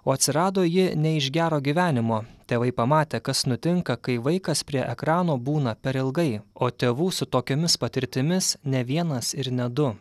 o atsirado ji ne iš gero gyvenimo tėvai pamatę kas nutinka kai vaikas prie ekrano būna per ilgai o tėvų su tokiomis patirtimis ne vienas ir ne du